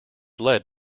led